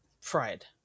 fried